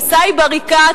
עם סאיב עריקאת,